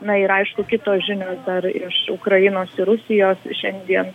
na ir aišku kitos žinios dar iš ukrainos ir rusijos šiandien